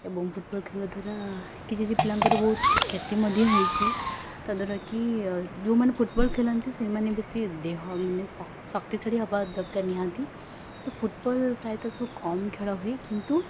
ଏବଂ ଫୁଟବଲ୍ ଖେଳିବା ଦ୍ୱାରା କିଛି କିଛି ପିଲାଙ୍କର ବହୁତ କ୍ଷତି ମଧ୍ୟ ହେଇଛି ତାଦ୍ୱାରାକି ଯେଉଁମାନେ ଫୁଟବଲ୍ ଖେଳନ୍ତି ସେମାନେ ବେଶୀ ଦେହ ମାନେ ଶକ୍ତିଶାଳୀ ହେବା ଦରକାର ନିହାତି ତ ଫୁଟବଲ୍ ପ୍ରାୟତଃ କମ ଖେଳ ହୁଏ କିନ୍ତୁ